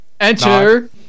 Enter